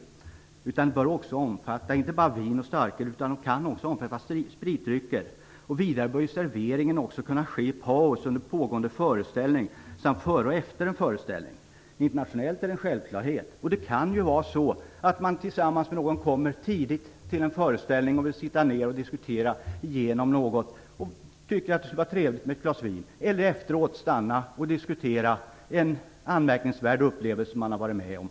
Serveringen bör inte bara omfatta vin och starköl utan kan också omfatta spritdrycker. Vidare bör servering också kunna ske i paus i samband med en föreställning samt före och efter en föreställning. Internationellt är detta en självklarhet. Det kan ju vara så att man tillsammans med någon kommer tidigt till en föreställning och vill sitta ner och diskutera igenom något och då tycker att det skulle vara trevligt med ett glas vin. Kanske man efteråt vill stanna och diskutera en anmärkningsvärd upplevelse som man varit med om.